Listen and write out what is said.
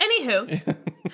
Anywho